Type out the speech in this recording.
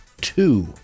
two